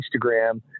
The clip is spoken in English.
Instagram